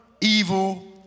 evil